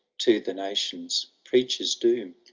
to the nations preaches doom,